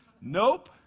Nope